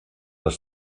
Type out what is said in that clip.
les